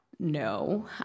No